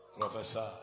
Professor